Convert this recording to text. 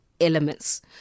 elements